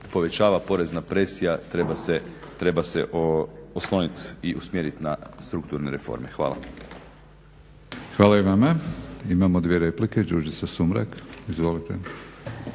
povećava porezna presija treba se osloniti i usmjeriti na strukturne reforme. Hvala. **Batinić, Milorad (HNS)** Hvala i vama. Imamo dvije replike, Đurđica Sumrak. Izvolite.